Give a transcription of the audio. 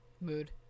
Mood